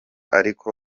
ariko